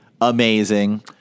amazing